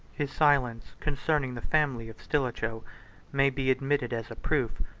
his silence concerning the family of stilicho may be admitted as a proof,